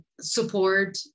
support